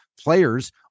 players